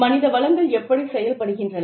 மனித வளங்கள் எப்படிச் செயல்படுகின்றன